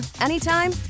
anytime